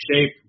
shape